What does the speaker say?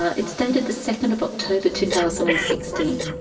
ah it's dated the second of october, two thousand and sixteen.